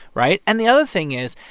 right? and the other thing is,